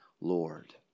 Lord